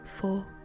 four